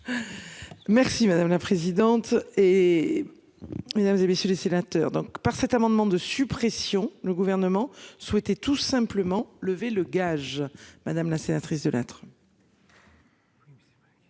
Merci madame la présidente. Et. Mesdames, et messieurs les sénateurs, donc par cet amendement de suppression. Le gouvernement souhaitait tout simplement levez le gage madame la sénatrice de être.